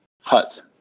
hut